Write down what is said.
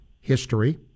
history